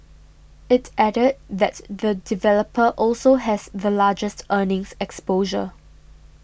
it added that the developer also has the largest earnings exposure